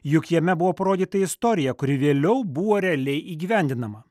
juk jame buvo parodyta istorija kuri vėliau buvo realiai įgyvendinama